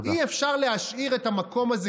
אי-אפשר להשאיר את המקום הזה,